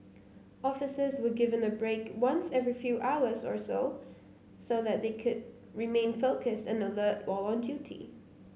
officers were given a break once every few hours or so so that they could remain focused and alert when on duty